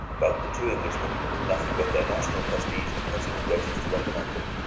but the two englishmen, with nothing but their national prestige and personal graces to recommend them,